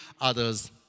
others